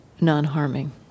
non-harming